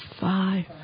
five